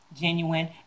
genuine